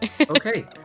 Okay